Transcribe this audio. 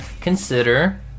consider